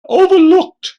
overlooked